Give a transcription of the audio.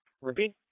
Repeat